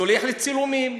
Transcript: שולח לצילומים,